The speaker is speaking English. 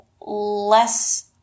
less